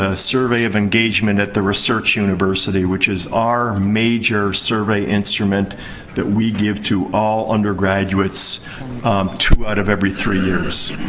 ah survey of engagement at the research university, which is our major survey instrument that we give to all undergraduates two out of every three years.